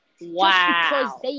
Wow